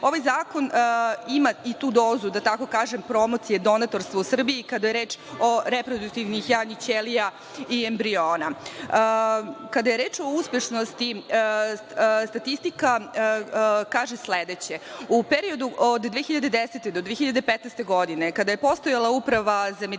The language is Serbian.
Ovaj zakon ima i tu dozu, da tako kažem, promocije donatorstva u Srbiji kada je reč o reproduktivnih jajnih ćelija i embriona. Kada je reč o uspešnosti, statistika kaže sledeće. U periodu od 2010. do 2015. godine, kada je postojala Uprava za medicinu,